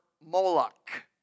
Moloch